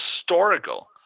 historical